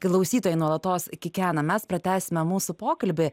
klausytojai nuolatos kikena mes pratęsime mūsų pokalbį